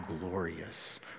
glorious